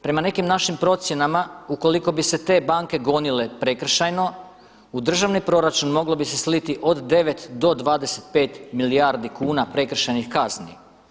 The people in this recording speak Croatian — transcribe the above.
Prema nekim našim procjenama ukoliko bi se te banke gonile prekršajno u državni proračun moglo bi se sliti od 9 do 25 milijardi kuna prekršajnih kazni.